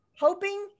hoping